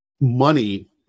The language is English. money